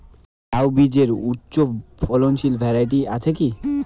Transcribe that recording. লাউ বীজের উচ্চ ফলনশীল ভ্যারাইটি আছে কী?